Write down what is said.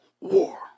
war